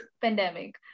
pandemic